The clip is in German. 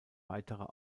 weiterer